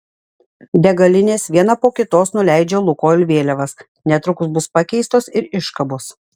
degalinės viena po kitos nuleidžia lukoil vėliavas netrukus bus pakeistos ir iškabos